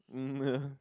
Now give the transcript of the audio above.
um yeah